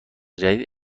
جدید